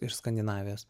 ir skandinavijos